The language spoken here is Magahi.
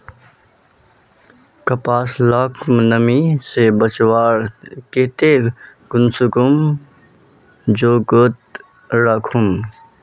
कपास लाक नमी से बचवार केते कुंसम जोगोत राखुम?